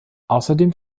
außerdem